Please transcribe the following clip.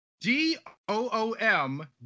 D-O-O-M